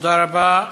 תודה רבה.